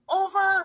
over